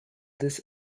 this